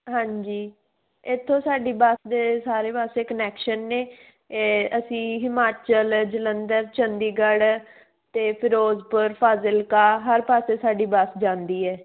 ਹਾਂਜੀ ਇੱਥੋਂ ਸਾਡੀ ਬੱਸ ਦੇ ਸਾਰੇ ਪਾਸੇ ਕਨੈਕਸ਼ਨ ਨੇ ਅਸੀਂ ਹਿਮਾਚਲ ਜਲੰਧਰ ਚੰਡੀਗੜ੍ਹ ਅਤੇ ਫਿਰੋਜ਼ਪੁਰ ਫਾਜ਼ਿਲਕਾ ਹਰ ਪਾਸੇ ਸਾਡੀ ਬੱਸ ਜਾਂਦੀ ਹੈ